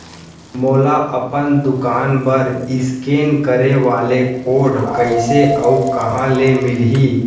मोला अपन दुकान बर इसकेन करे वाले कोड कइसे अऊ कहाँ ले मिलही?